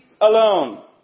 alone